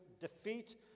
defeat